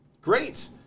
Great